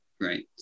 Right